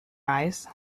eyes